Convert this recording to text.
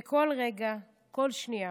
זה כל רגע, כל שנייה: